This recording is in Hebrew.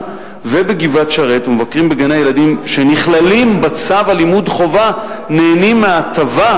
ובגבעת-שרת ומבקרים בגני-הילדים שנכללים בצו לימוד חובה נהנים מההטבה,